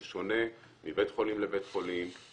זה שונה מבית חולים לבית חולים,